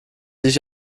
sich